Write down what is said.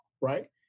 right